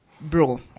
bro